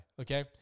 okay